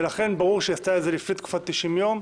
ולכן ברור שהיא עשתה את זה לפני תקופת ה-90 יום,